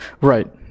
Right